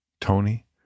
Tony